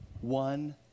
one